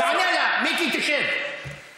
כן, כן, השאלות שלי רציניות.